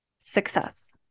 success